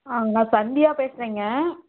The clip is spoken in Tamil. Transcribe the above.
ஆ நான் சந்தியா பேசுறேங்க